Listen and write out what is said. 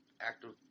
active